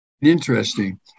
Interesting